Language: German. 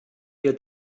wir